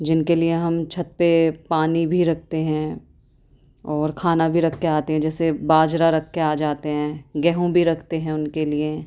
جن کے لیے ہم چھت پہ پانی بھی رکھتے ہیں اور کھانا بھی رکھ کے آتے ہیں جیسے باجرا رکھ کے آ جاتے ہیں گیہوں بھی رکھتے ہیں ان کے لیے